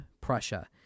Prussia